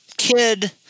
kid